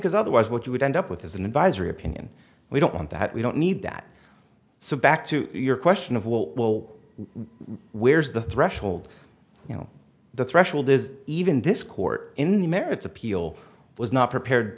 because otherwise what you would end up with is an advisory opinion we don't want that we don't need that so back to your question of what will where's the threshold you know the threshold is even this court in the merits appeal was not prepared